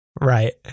Right